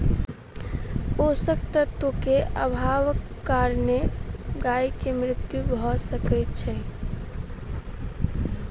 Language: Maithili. पोषक तत्व के अभावक कारणेँ गाय के मृत्यु भअ सकै छै